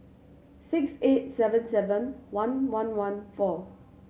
six eight seven seven one one one four